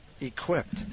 equipped